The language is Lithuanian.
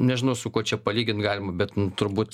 nežinau su kuo čia palygint galima bet nu turbūt